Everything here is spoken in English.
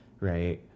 right